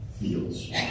feels